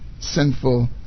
sinful